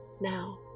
now